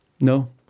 No